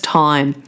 time